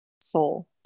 soul